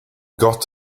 got